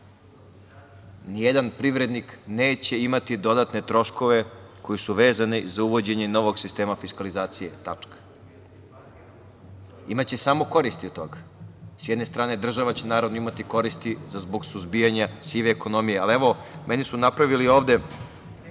Ni jedan privrednik neće imati dodatne troškove koji su vezani za uvođenje novog sistema fiskalizacije, tačka. Imaće samo koristi od toga. Sa jedne strane država će naravno imati koristi zbog suzbijanja sive ekonomije. Evo, meni su napravili ovde